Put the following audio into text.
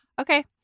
Okay